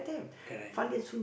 correct